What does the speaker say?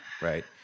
right